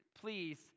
please